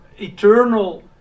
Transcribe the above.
eternal